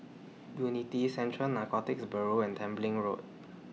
Unity Central Narcotics Bureau and Tembeling Road